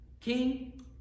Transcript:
king